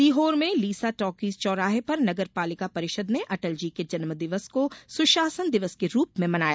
सीहोर में लीसा टाकिज चौराहे पर नगरपालिका परिषद ने अटल जी के जन्म दिवस को सुशासन दिवस के रूप में मनाया